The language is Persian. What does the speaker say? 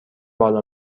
بالا